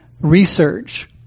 research